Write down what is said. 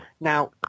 Now